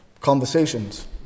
conversations